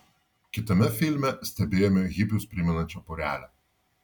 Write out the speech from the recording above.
kitame filme stebėjome hipius primenančią porelę